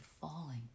falling